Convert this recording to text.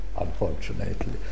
unfortunately